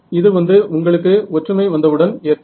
இது வந்து உங்களுக்கு ஒற்றுமை வந்தவுடன் ஏற்படும்